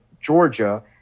Georgia